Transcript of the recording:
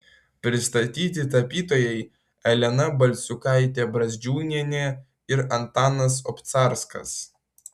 pristatyti tapytojai elena balsiukaitė brazdžiūnienė ir antanas obcarskas